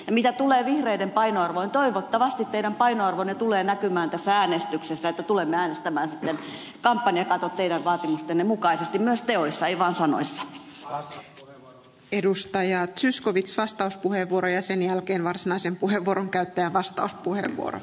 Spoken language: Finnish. mitä tulee vihreiden painoarvoon niin toivottavasti teidän painoarvonne tulee näkymään tässä äänestyksessä että tulemme äänestämään sitten kampanjakatot teidän vaatimustenne mukaisesti myös joissain asunnoissa edustaja zyskowicz vastauspuheenvuoroja sen jälkeen teoissa ei vaan sanoissa